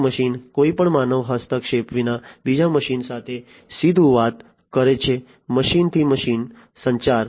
એક મશીન કોઈપણ માનવ હસ્તક્ષેપ વિના બીજા મશીન સાથે સીધું વાત કરે છે મશીન થી મશીન સંચાર